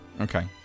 Okay